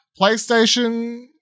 PlayStation